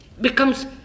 becomes